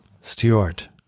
Stewart